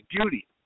beauty